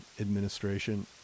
administration